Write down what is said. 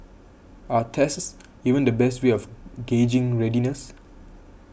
are tests even the best way of gauging readiness